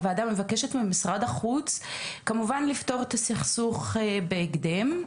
הוועדה מבקשת ממשרד החוץ כמובן לפתור את הסכסוך בהקדם,